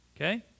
Okay